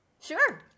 Sure